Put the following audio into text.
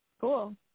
Cool